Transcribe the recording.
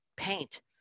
paint